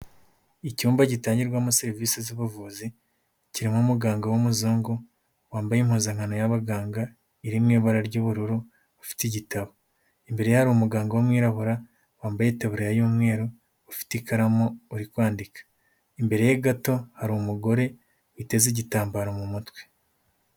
Icyumba gitangirwamo serivisi z'ubuvuzi, kirimo umuganga w'umuzungu, wambaye impuzankano y'abaganga, iri mu ibara ry'ubururu, ufite igitabo, imbere ye hari umuganga w'umwirabura, wambaye itaburiya y'umweru, ufite ikaramu, uri kwandika, imbere ye gato hari umugore witeze igitambaro mu mutwe.